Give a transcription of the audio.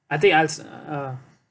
I think I'll s~ ah